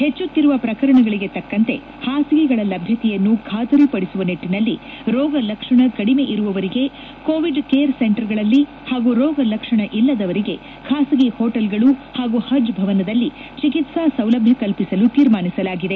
ಹೆಚ್ಚುತ್ತಿರುವ ಪ್ರಕರಣಗಳಿಗೆ ತಕ್ಕಂತೆ ಹಾಸಿಗೆಗಳ ಲಭ್ಯತೆಯನ್ನು ಖಾತರಿ ಪದಿಸುವ ನಿಟ್ಟಿನಲ್ಲಿ ರೋಗ ಲಕ್ಷಣ ಕದಿಮೆ ಇರುವವರಿಗೆ ಕೋವಿಡ್ ಕೇರ್ ಸೆಂಟರ್ಗಳಲ್ಲಿ ಹಾಗೂ ರೋಗ ಲಕ್ಷಣ ಇಲ್ಲದವರಿಗೆ ಖಾಸಗಿ ಹೋಟೆಲ್ಗಳು ಹಾಗೂ ಹಜ್ ಭವನದಲ್ಲಿ ಚಿಕಿತ್ಪಾ ಸೌಲಭ್ಯ ಕಲ್ಲಿಸಲು ತೀರ್ಮಾನಿಸಲಾಗಿದೆ